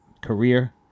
Career